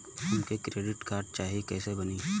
हमके credit card चाही कैसे बनी?